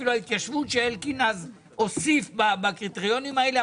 אפילו להתיישבות שאלקין אז הוסיף בקריטריונים האלה,